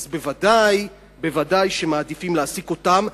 אז בוודאי שמעדיפים להעסיק אותם,